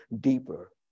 deeper